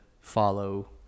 follow